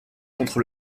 contre